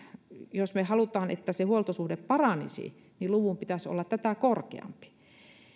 jos me haluamme että se huoltosuhde paranisi niin luvun pitäisi olla tätä korkeampi